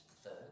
third